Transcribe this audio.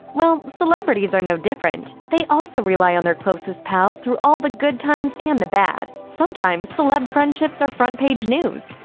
well, celebrities are no different. they also rely on their closest pals through all the good times and the bad. sometimes, celeb friendships are front-page news.